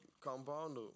compound